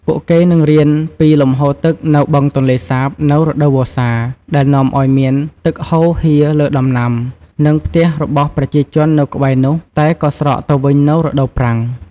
ពួកគេនឹងរៀនពីលំហូរទឹកនៅបឹងទន្លេសាបនៅរដូវវស្សា ដែលនាំឱ្យមានទឹកហូរហៀរលើដំណាំ និងផ្ទះរបស់ប្រជាជននៅក្បែរនោះ តែក៏ស្រកទៅវិញនៅរដូវប្រាំង។